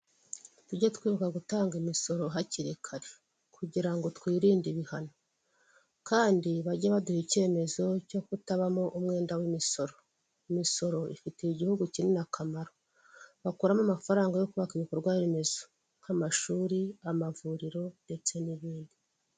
Abantu bagaragara mu muhanda bambaye imyenda y'akazi umwe afite igare yambukira aho abanyamaguru bambukira hirya hari amazu n'ibiti bitandukanye.